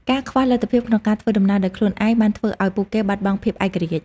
ការខ្វះលទ្ធភាពក្នុងការធ្វើដំណើរដោយខ្លួនឯង បានធ្វើឱ្យពួកគេបាត់បង់ភាពឯករាជ្យ។